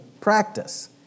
practice